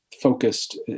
focused